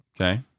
Okay